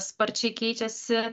sparčiai keičiasi